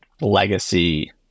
legacy